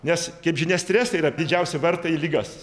nes kaip žinia stresai yra didžiausi vartai į ligas